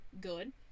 good